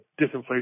disinflation